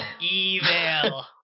evil